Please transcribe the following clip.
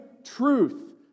truth